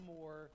more